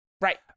Right